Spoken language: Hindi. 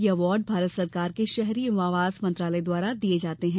यह अवार्ड भारत सरकार के शहरी एवं आवास मंत्रालय द्वारा दिये जाते हैं